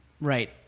Right